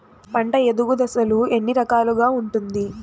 పంట ఎదుగు దశలు ఎన్ని రకాలుగా ఉంటుంది?